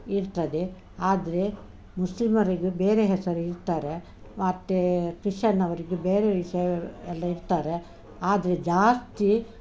ಇರ್ತದೆ ಆದರೆ ಮುಸ್ಲಿಮರಿಗೂ ಬೇರೆ ಹೆಸರು ಇರ್ತಾರೆ ಮತ್ತು ಕ್ರಿಶ್ಚನ್ ಅವರಿಗೂ ಬೇರೆ ವಿಷಯವ ಎಲ್ಲ ಇರ್ತಾರೆ ಆದರೆ ಜಾಸ್ತಿ